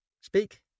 Speak